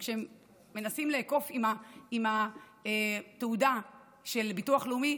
וכשהם מנסים לעקוף עם תעודה של ביטוח לאומי,